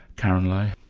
karyn lai,